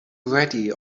ready